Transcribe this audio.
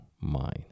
mind